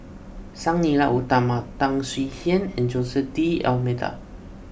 Sang Nila Utama Tan Swie Hian and Jose D'Almeida